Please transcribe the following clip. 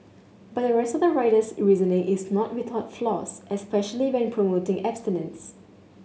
but the rest of the writer's reasoning is not without flaws especially when promoting abstinence